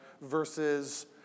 versus